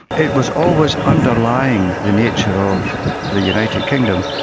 it was always underlying the nature of the united kingdom,